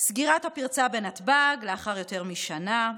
סגירת הפרצה בנתב"ג לאחר יותר משנה,